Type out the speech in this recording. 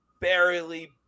barely